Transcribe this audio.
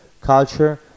culture